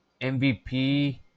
MVP